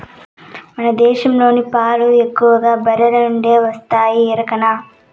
మన దేశంలోని పాలు ఎక్కువగా బర్రెల నుండే వస్తున్నాయి ఎరికనా